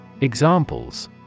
Examples